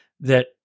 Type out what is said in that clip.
that-